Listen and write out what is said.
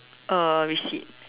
uh receipt